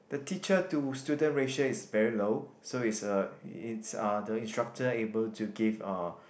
the teacher to student ratio is very low so it's uh it's uh the instructor able to give uh